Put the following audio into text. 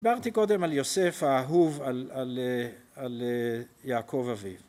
דיברתי קודם על יוסף האהוב, על יעקב אביו